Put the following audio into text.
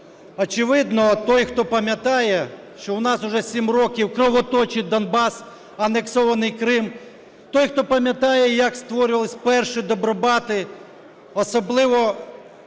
Очевидно, той, хто пам'ятає, що у нас вже 7 років кровоточить Донбас, анексований Крим, той, хто пам'ятає, як створювались перші добробати, особливо